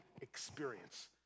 experience